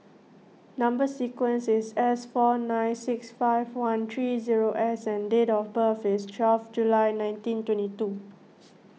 Number Sequence is S four nine six five one three zero S and date of birth is twelve July nineteen twenty two